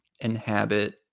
inhabit